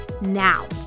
Now